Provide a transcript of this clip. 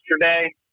yesterday